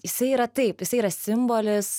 jisai yra taip jisai yra simbolis